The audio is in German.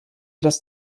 das